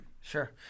Sure